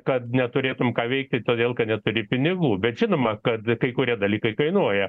kad neturėtum ką veikt tik todėl kad neturi pinigų bet žinoma kad kai kurie dalykai kainuoja